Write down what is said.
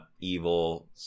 evil